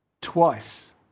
Twice